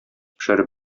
пешереп